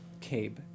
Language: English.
Cabe